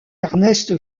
ernest